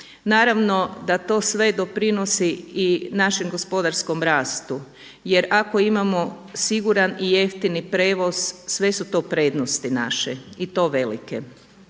Naravno da to sve doprinosi i našem gospodarskom rastu, jer ako imamo siguran i jeftini prijevoz sve su to prednosti naše i to velike.